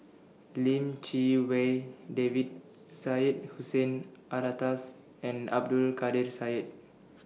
Lim Chee Wai David Syed Hussein Alatas and Abdul Kadir Syed